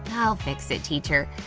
i'll fix it, teacher!